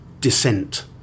descent